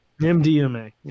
MDMA